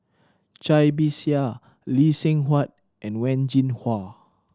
Cai Bixia Lee Seng Huat and Wen Jinhua